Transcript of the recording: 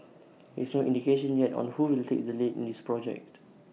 there is no indication yet on who will take the lead in this project